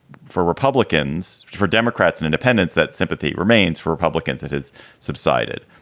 for republicans, for democrats and independents, that sympathy remains for republicans. it has subsided.